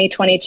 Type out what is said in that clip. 2022